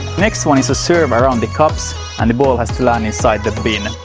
next one is a serve around the cups and the ball has to land inside the bin.